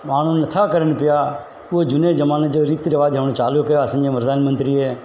माण्हू न था करनि पिया उहे झूने ज़माने जो रीति रिवाजु हाणि चालू कयो आहे असांजे प्रधान मंत्रीअ